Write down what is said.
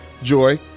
Joy